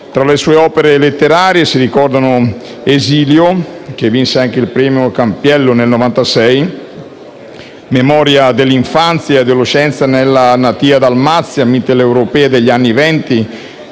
Tra le sue opere letterarie si ricordano «Esilio» (che vince il premio Campiello nel 1996), memoria dell'infanzia e adolescenza nella natia Dalmazia mitteleuropea dagli anni Venti